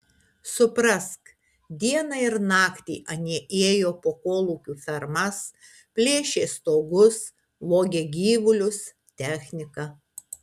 suprask dieną ir naktį anie ėjo po kolūkių fermas plėšė stogus vogė gyvulius techniką